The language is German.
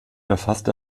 verfasst